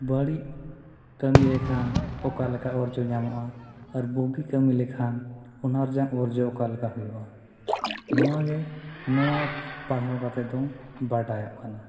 ᱵᱟᱲᱤᱡ ᱠᱟᱢᱤ ᱞᱮᱠᱷᱟᱱ ᱚᱠᱟ ᱞᱮᱠᱟ ᱚᱨᱡᱚ ᱧᱟᱢᱚᱜᱼᱟ ᱟᱨ ᱵᱩᱜᱤ ᱠᱟᱢᱤ ᱞᱮᱠᱷᱟᱱ ᱚᱱᱟᱨᱮᱭᱟᱜ ᱚᱨᱡᱚ ᱚᱠᱟᱞᱮᱠᱟ ᱦᱩᱭᱩᱜᱼᱟ ᱱᱚᱣᱟᱜᱮ ᱱᱚᱣᱟ ᱯᱟᱲᱦᱟᱣ ᱠᱟᱛᱮ ᱫᱚ ᱵᱟᱰᱟᱭᱚᱜ ᱠᱟᱱᱟ